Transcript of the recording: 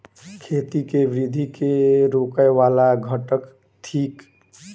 खेती केँ वृद्धि केँ रोकय वला घटक थिक?